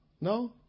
No